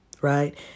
right